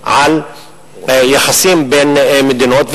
על יחסים בין מדינות.